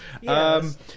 Yes